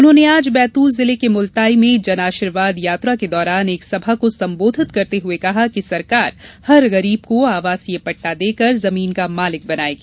उन्होंने आज बैतूल जिले के मुलताई में जन आशीर्वाद यात्रा के दौरान एक सभा को सम्बोधित करते हुए कहा कि सरकार हर गरीब को आवासीय पट्टा देकर जमीन का मालिक बनायेगी